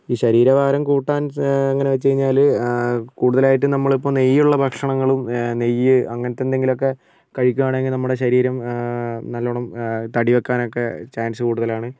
ഈ ശരീരഭാരം കൂട്ടാൻ സ എങ്ങനെ വെച്ച് കഴിഞ്ഞാൽ കൂടുതലായിട്ടും നമ്മളിപ്പോൾ നെയ്യ് ഉള്ള ഭക്ഷണങ്ങളും നെയ്യ് അങ്ങനത്തെ എന്തെങ്കിലുമൊക്കെ കഴിക്കുവാണെങ്കിൽ നമ്മുടെ ശരീരം നല്ലവണ്ണം തടി വയ്ക്കാനൊക്കെ ചാൻസ് കൂടുതലാണ്